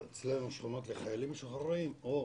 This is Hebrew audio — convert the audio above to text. אצלנו שכונות לחיילים משוחררים או